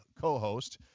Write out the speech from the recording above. co-host